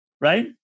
right